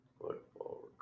Football